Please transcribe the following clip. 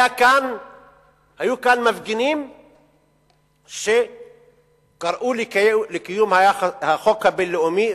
היו כאן מפגינים שקראו לקיום החוק הבין-לאומי,